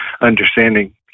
understanding